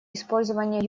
использование